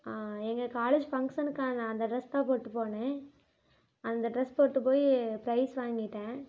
ஆ எங்கள் காலேஜ் ஃபங்க்ஷனுக்கு நான் அந்த ட்ரெஸ் தான் போட்டு போனேன் அந்த ட்ரெஸ் போட்டு போய் ப்ரைஸ் வாங்கிட்டேன்